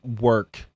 work